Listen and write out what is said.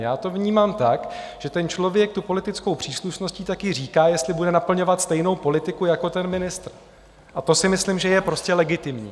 Já to vnímám tak, že ten člověk tou politickou příslušností také říká, jestli bude naplňovat stejnou politiku jako ministr, a to si myslím, že je prostě legitimní.